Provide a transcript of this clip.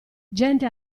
gente